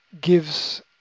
gives